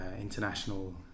international